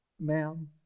Ma'am